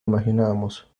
imaginábamos